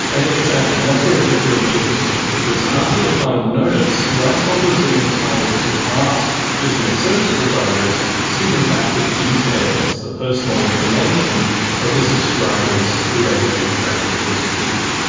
ah exactly, and that's where it gets really interesting because after the final notice, rights holders are entitled to ask internet service providers to give them back the details, the personal information of the subscribers who they have been tracking through that system.